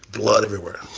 blood everywhere,